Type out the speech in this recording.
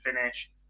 finish